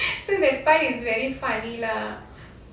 so that part is very funny lah